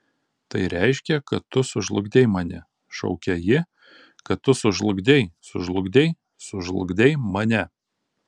tai reiškia kad tu sužlugdei mane šaukė ji kad tu sužlugdei sužlugdei sužlugdei mane